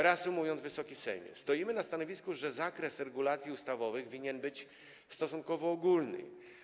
Reasumując, Wysoki Sejmie, stoimy na stanowisku, że zakres regulacji ustawowych winien być stosunkowo ogólny.